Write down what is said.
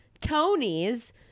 Tony's